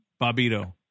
Bobito